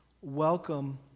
welcome